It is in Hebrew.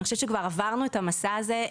אני חושבת שכבר עברנו את המסע הזה.